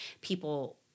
people